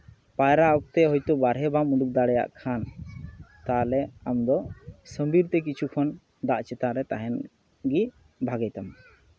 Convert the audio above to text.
ᱯᱟᱭᱨᱟ ᱚᱠᱛᱮ ᱦᱳᱭᱛᱳ ᱵᱟᱨᱦᱮ ᱵᱟᱢ ᱩᱰᱩᱠ ᱫᱟᱲᱮᱭᱟᱜ ᱠᱷᱟᱱ ᱛᱟᱞᱚᱦᱮ ᱟᱢ ᱫᱚ ᱛᱮ ᱠᱤᱪᱷᱩ ᱠᱷᱚᱱ ᱫᱟᱜ ᱪᱮᱛᱟᱱ ᱨᱮ ᱛᱟᱦᱮᱱ ᱜᱮ ᱵᱷᱟᱜᱮ ᱛᱟᱢᱟ